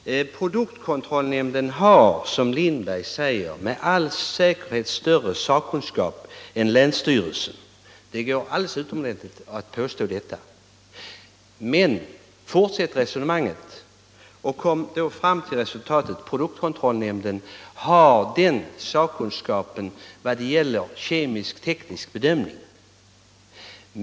Produktkontrollnämnden har, som herr Lindberg säger, med all säkerhet större sakkunskap än länsstyrelserna. Det går alldeles utmärkt att påstå detta. Men fortsätt resonemanget och kom fram till resultatet att produktkontrollnämnden har den större sakkunskapen vad gäller kemisk-teknisk bedömning.